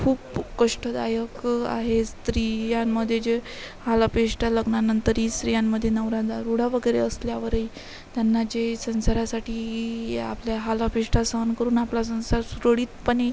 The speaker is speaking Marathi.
खूप कष्टदायक आहे स्त्री यांमध्ये जे हालअपेष्टा लग्नानंतरही स्त्रियांमध्ये नवरा दारुडा वगैरे असल्यावरही त्यांना जे संसारासाठी ई आपल्या हालअपेष्टा सहन करून आपला संसार सुरळीतपणे